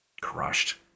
Crushed